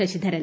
Sasidharan